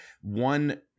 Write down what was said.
one